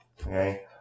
Okay